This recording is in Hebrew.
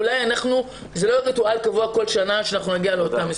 אולי זה לא יהיה ריטואל קבוע כל שנה שאנחנו שנגיע לאותם מספרים.